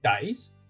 days